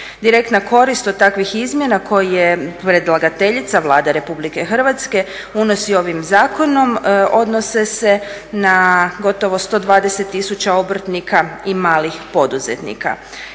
Direktna korist od takvih izmjena koji je predlagateljica, Vlada RH unosi ovim zakonom odnose se na gotovo 120 000 obrtnika i malih poduzetnika.